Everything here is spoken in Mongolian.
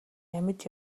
амьд